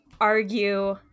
argue